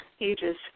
ages